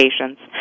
patients